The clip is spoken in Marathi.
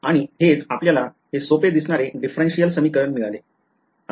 आणि हेच आपल्याला हे सोपे दिसणारे differential समीकरण मिळाले